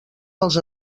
pels